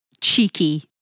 cheeky